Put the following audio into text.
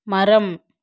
மரம்